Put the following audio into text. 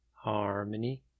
harmony